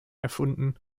erfunden